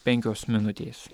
penkios minutės